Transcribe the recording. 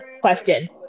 question